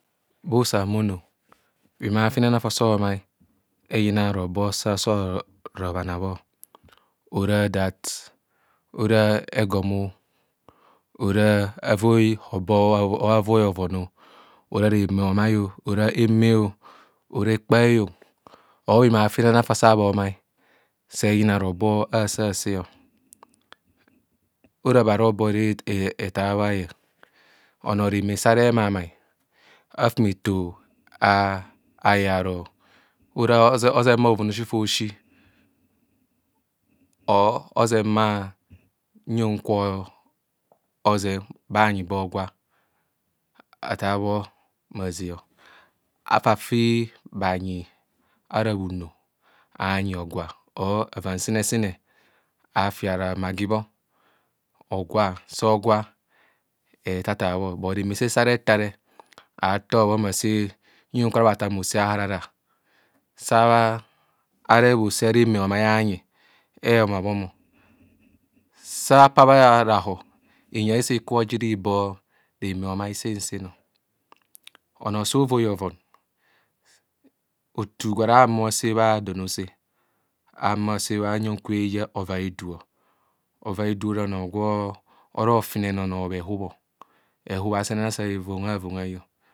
Bha usa a humono, bhima afin fa oso omai, eyina robo sa asa robhana bho. Ora that ora egom o, ora avoi hobo, or avoi hovon o, ora reme romai ọ ora eme o, ors ekpaheyong or bhima afinana fasa bhomai, se eyina robo asase ora bha robo era ethabho eyen. Onoo reme saa remai mamai afometo ayeng aro ora ozeng bha bhoven aosi faosi, or oʒen bha huyang kwa oʒeng bhanyi ba ogwa athaabho mma aʒee o. Afa fi bhanyi ara bhuno anyi ogwa or ava nsinesine afiara maggu bho ogwa, so ogwa ethatha bho. But reme se a rethare aathor mma se huyang kwe ars bhathang bhose a bhahararam. Asa areb bhose reme homai anyi, ebhomabhom o. Sa aa bhara hor, inui ase ikubho ja ibo reme homai seasen onoo so ovei hovon, o tu gwara ahumo ase bha donaose, behumo ase bha ovai ɛdu ọ, ovai ɛdu ora onoo gwe ohura ofinene onoo bhe hub o. hɛbub asenana sa hevangai vengai ọ.